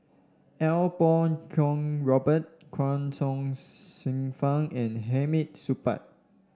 Iau Kuo Kwong Robert Chuang Hsueh Fang and Hamid Supaat